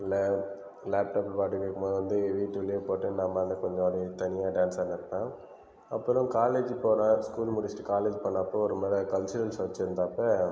இல்லை லாப்டாப்பில் பாட்டு கேட்கும் போது வந்து வீட்டிலே போட்டு நான் பாட்டுக்கு கொஞ்சம் அப்படியே தனியாக டான்ஸ் ஆடின்னு இருப்பேன் அப்புறம் காலேஜ் போன ஸ்கூல் முடிச்சிட்டு காலேஜ் போனப்போ ஒருமுறை கல்ச்சுரல்ஸ் வச்சிருந்தப்போ